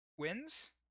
wins